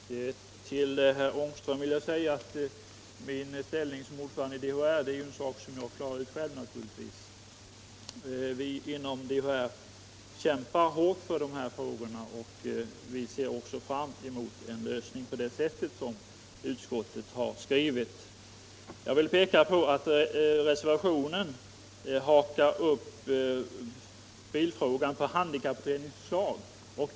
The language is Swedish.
Herr talman! Till herr Ångström vill jag säga att min ställning som ordförande i De handikappades riksförbund klarar jag naturligtvis ut själv. Inom förbundet kämpar vi hårt för dessa frågor. Vi ser också fram mot en lösning på det sätt som utskottet har föreslagit. : Reservationen hakar upp bilfrågan på handikapputredningens förslag.